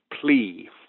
plea